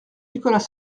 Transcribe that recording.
nicolas